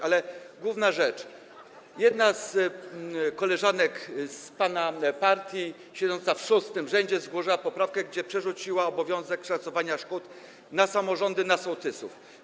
Ale główna rzecz: jedna z koleżanek z pana partii, siedząca w szóstym rzędzie, złożyła poprawkę, która przerzuciła obowiązek szacowania szkód na samorządy, na sołtysów.